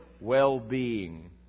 well-being